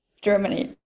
germany